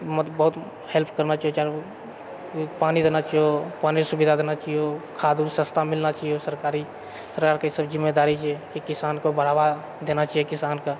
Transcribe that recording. बहुत हेल्प करना चाही पानि देना चाहियो पानिके सुविधा देना चाहियो खाद्य उद्य सस्ता मिलना चाहिओ सरकारी एकरा आरके ई सब जिम्मेदारी छियै कि किसानके बढ़ावा देना चाहिए किसानके